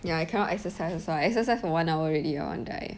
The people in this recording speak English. ya I cannot exercise also I exercise for one hour already I want to die